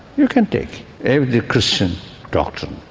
you can take every christian doctrine,